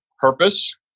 purpose